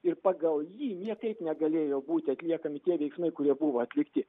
ir pagal jį niekaip negalėjo būti atliekami tie veiksmai kurie buvo atlikti